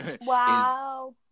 Wow